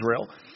Israel